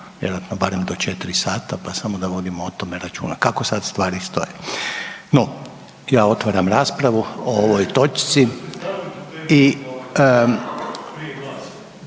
vjerojatno barem do 4 sata pa samo da vodimo o tome računa kako sad stvari stoje. No, ja otvaram raspravu o ovoj točci